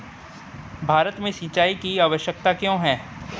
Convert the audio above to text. भारत में सिंचाई की आवश्यकता क्यों है?